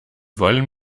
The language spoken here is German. wollen